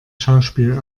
schauspiel